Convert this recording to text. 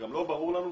גם לא ברור לנו,